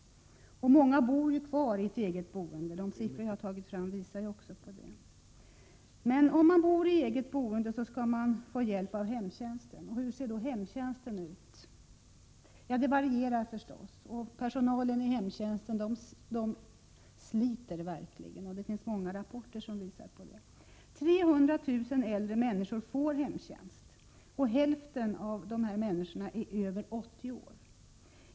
Många bor också kvar i eget boende — de siffror som jag har tagit fram visar det — och de skall få hjälp av hemtjänsten. Hur ser då hemtjänsten ut? Det varierar förstås. Personalen inom hemtjänsten sliter verkligen, vilket visas av många rapporter. 300 000 äldre människor får hemtjänst, och hälften av dem är över 80 år.